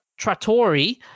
Trattori